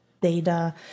data